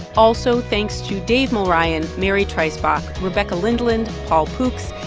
also, thanks to dave mulryan, mary treisbach rebecca lindland, paul pooks.